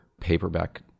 paperback